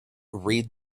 read